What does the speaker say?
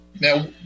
Now